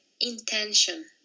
intention